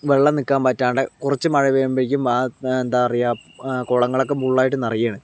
വെള്ളം നിക്കാൻ പറ്റാണ്ട് കുറച്ച് മഴ പെയ്യുമ്പഴേക്കും വാ വാ എന്താ പറയുക കുളങ്ങളൊക്കെ ഫുള്ളായിട്ട് നിറയുകയാണ്